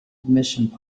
admissions